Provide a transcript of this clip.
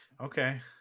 okay